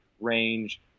range